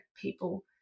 people